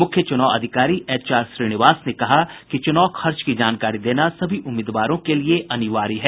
मुख्य चूनाव अधिकारी एचआर श्रीनिवास ने कहा कि चूनाव खर्च की जानकारी देना सभी उम्मीदवारों के लिए अनिवार्य है